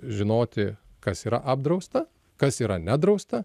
žinoti kas yra apdrausta kas yra nedrausta